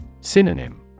Synonym